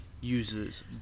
uses